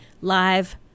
live